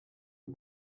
eut